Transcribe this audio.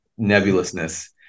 nebulousness